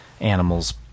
animals